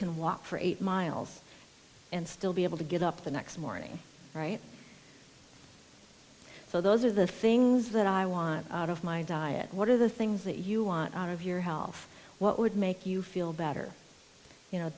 can walk for eight miles and still be able to get up the next morning right so those are the things that i want out of my diet what are the things that you want out of your health what would make you feel better you know